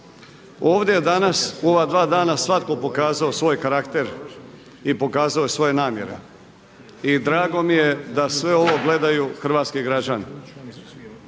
Ovdje je danas u ova dva dana svatko pokazao svoj karakter i pokazao je svoje namjere. I drago mi je da sve ovo gledaju hrvatski građani.